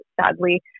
sadly